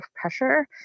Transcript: pressure